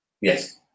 Yes